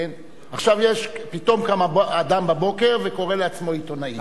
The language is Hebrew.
עכשיו יש: פתאום קם אדם בבוקר וקורא לעצמו עיתונאי.